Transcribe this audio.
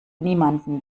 niemanden